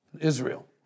Israel